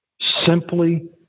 simply